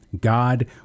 God